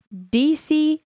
DC